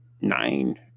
nine